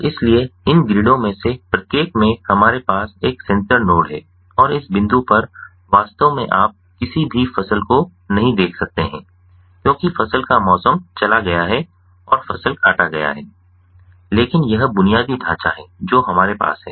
और इसलिए इन ग्रिडों में से प्रत्येक में हमारे पास एक सेंसर नोड है और इस बिंदु पर वास्तव में आप किसी भी फसल को नहीं देख सकते हैं क्योंकि फसल का मौसम चला गया है और फसल काटा गया है लेकिन यह बुनियादी ढांचा है जो हमारे पास है